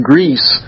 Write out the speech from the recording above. Greece